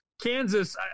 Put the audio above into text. Kansas